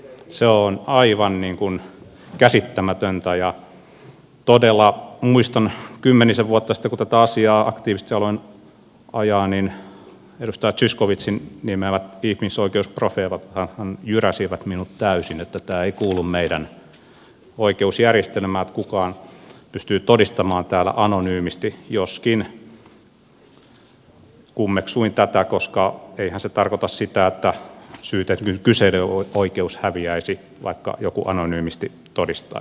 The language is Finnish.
se on aivan käsittämätöntä ja todella muistan kymmenisen vuotta sitten kun tätä asiaa aktiivisesti aloin ajaa niin edustaja zyskowiczin ni meämät ihmisoikeusprofeetathan jyräsivät minut täysin että se ei kuulu meidän oikeusjärjestelmäämme että kukaan pystyy todistamaan täällä anonyymisti joskin kummeksuin tätä koska eihän se tarkoita sitä että syytetyn kyselyoikeus häviäisi vaikka joku anonyymisti todistaisi